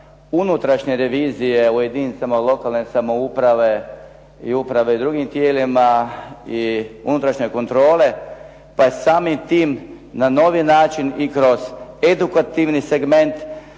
unutrašnje revizije u jedinicama lokalne samouprave i uprave i drugim tijelima i unutrašnje kontrole pa je samim tim na novi način i kroz edukativni segment